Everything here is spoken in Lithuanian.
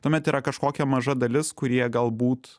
tuomet yra kažkokia maža dalis kurie galbūt